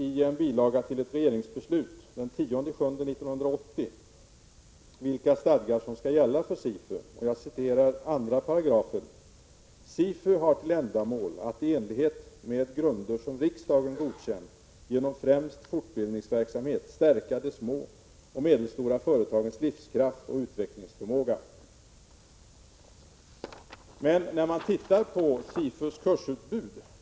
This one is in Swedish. I en bilaga till ett regeringsbeslut den 10 juli 1980 står det vilka stadgar som skall gälla för SIFU, och jag citerar 2 §: ”SIFU har till ändamål att i enlighet med grunder som riksdagen godkänt genom främst fortbildningsverksamhet stärka de små och medelstora företagens livskraft och utvecklingsförmåga.” Men när man tittar på SIFU:s kursutbud blir det annorlunda.